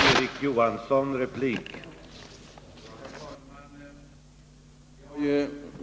Herr talman!